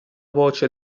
voce